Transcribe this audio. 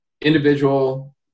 individual